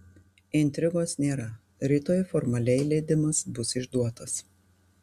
intrigos nėra rytoj formaliai leidimas bus išduotas